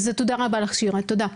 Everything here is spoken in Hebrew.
אז תודה רבה לך שירה, תודה.